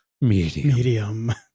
medium